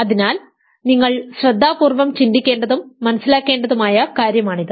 അതിനാൽ നിങ്ങൾ ശ്രദ്ധാപൂർവ്വം ചിന്തിക്കേണ്ടതും മനസ്സിലാക്കേണ്ടതുമായ കാര്യമാണിത്